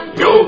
yo